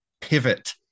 pivot